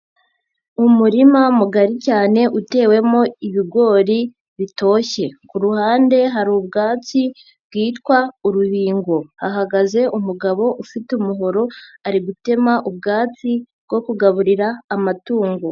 Umurima mugari cyane utewemo ibigori bitoshye. Ku ruhande hari ubwatsi bwitwa urubingo. Hahagaze umugabo ufite umuhoro ari gutema ubwatsi bwo kugaburira amatungo.